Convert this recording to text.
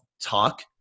talk